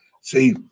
See